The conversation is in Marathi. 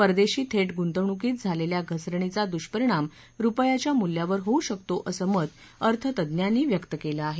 परदेशी थेट गुंतवणुकीत झालेल्या घसरणीचा दुष्परिणाम रुपयाच्या मूल्यावर होऊ शकतो असं मत अर्थतज्ञांनी व्यक्त केलं आहे